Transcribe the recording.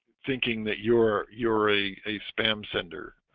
thinking that you're you're a a spam sender